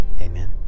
Amen